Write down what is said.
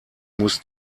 muss